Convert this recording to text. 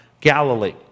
Galilee